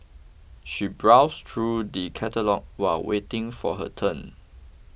she browsed through the catalogues while waiting for her turn